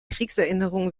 kriegserinnerungen